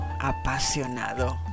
apasionado